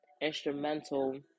instrumental